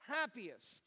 happiest